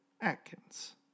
Atkins